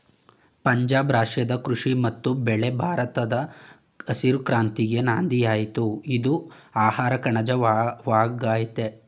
ಪಂಜಾಬ್ ರಾಜ್ಯದ ಕೃಷಿ ಮತ್ತು ಬೆಳೆ ಭಾರತದ ಹಸಿರು ಕ್ರಾಂತಿಗೆ ನಾಂದಿಯಾಯ್ತು ಇದು ಆಹಾರಕಣಜ ವಾಗಯ್ತೆ